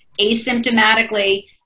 asymptomatically